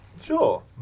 Sure